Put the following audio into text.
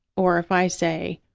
or if i say,